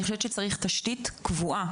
אני חושבת שצריך שתהיה תשתית קבועה.